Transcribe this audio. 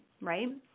right